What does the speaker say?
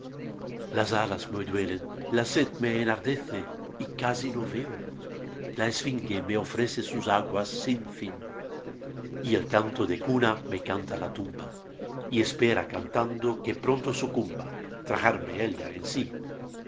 las alas me duelen la sed me enardece ya casi no veo la esfinge me ofrece sus aguas sin fin y el canto de cuna me canta la tumba y espera cantando que pronto sucumba tragarme ella en sí